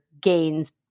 gains